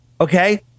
okay